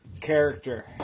character